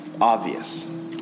obvious